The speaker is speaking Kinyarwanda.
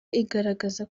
igaragaza